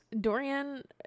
Dorian